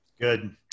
Good